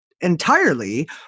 entirely